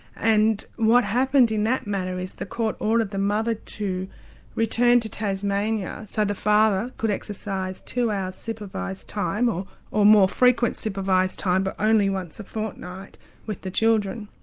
and what happened in that matter is the court ordered the mother to return to tasmania so the father could exercise two hours supervised time, or or more frequent supervised time, but only once a fortnight with the children.